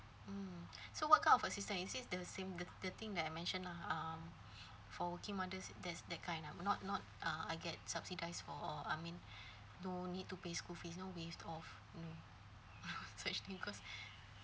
mm so what kind of a system is this the same the the thing that I mention lah um for working mothers there's that kind ah not not uh I get subsidized for I mean no need to pay school fees no waive off such thing cause